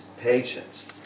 patience